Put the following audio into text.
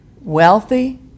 Wealthy